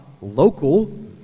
local